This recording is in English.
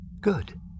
Good